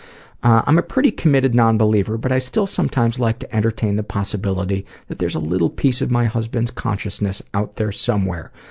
i'm a pretty committed non-believer, but i still sometimes like to entertain the possibility that there's a little piece of my husband's consciousness out there somewhere,